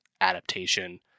adaptation